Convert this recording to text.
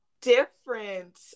different